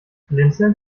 blinzeln